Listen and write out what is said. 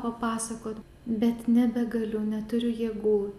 papasakot bet nebegaliu neturiu jėgų